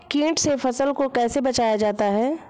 कीट से फसल को कैसे बचाया जाता हैं?